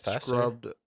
scrubbed